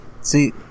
see